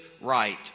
right